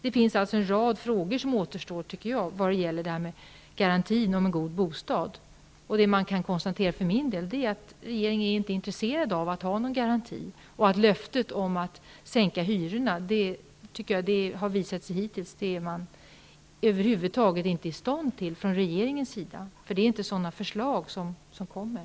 Det återstår en rad frågor när det gäller garantin om en god bostad. För min del konstaterar jag att regeringen inte är intresserad av någon sådan garanti. Löftet om att sänka hyrorna är regeringen inte i stånd till att uppfylla, eftersom man inte lägger fram några förslag av den typen.